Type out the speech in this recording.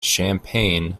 champagne